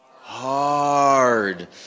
hard